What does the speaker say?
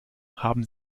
haben